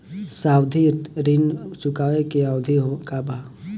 सावधि ऋण चुकावे के अवधि का ह?